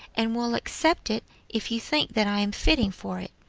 and will accept it if you think that i am fitting for it,